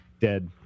Dead